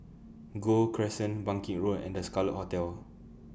Gul Crescent Bangkit Road and The Scarlet Hotel